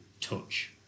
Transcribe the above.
touch